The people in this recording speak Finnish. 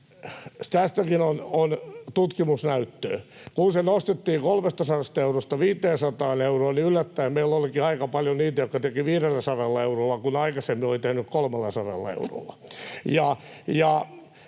Tästäkin on tutkimusnäyttöä. Kun se nostettiin 300 eurosta 500 euroon, niin yllättäen meillä olikin aika paljon niitä, jotka tekivät 500 eurolla, kun aikaisemmin oli tehnyt 300 eurolla.